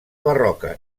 barroca